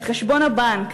את חשבון הבנק,